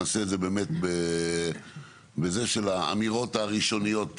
נעשה את זה באמת, האמירות הראשוניות.